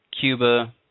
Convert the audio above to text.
Cuba